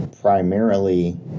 primarily